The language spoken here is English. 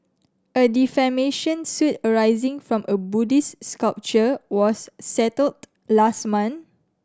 a defamation suit arising from a Buddhist sculpture was settled last month